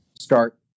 start